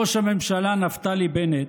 ראש הממשלה נפתלי בנט,